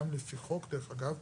ודרך אגב,